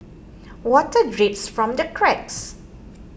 water drips from the cracks